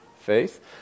faith